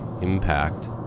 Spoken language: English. impact